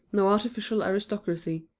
no artificial aristocracy.